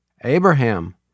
Abraham